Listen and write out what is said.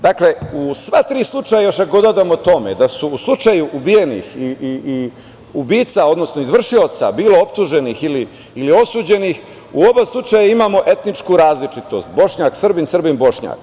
Dakle, u sva tri slučaja, još ako dodamo tome da je u slučaju ubijenih i ubica, odnosno izvršioca bilo optuženih ili osuđenih u oba slučaja, imamo etničku različitost Bošnjak-Srbin, Srbin-Bošnjak.